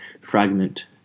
fragment